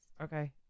Okay